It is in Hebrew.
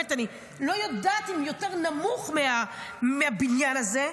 אני לא יודעת אם יותר נמוך מהבניין הזה,